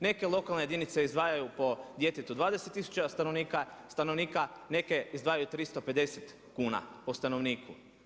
Neke lokalne jedinice izdvajaju po djetetu 20 tisuća stanovnika, neke izdvajaju 350 kuna po stanovniku.